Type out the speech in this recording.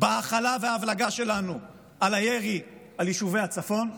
בהכלה וההבלגה שלנו על הירי על יישובי הצפון,